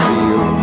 Feel